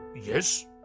yes